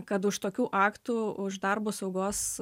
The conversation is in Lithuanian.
kad už tokių aktų už darbo saugos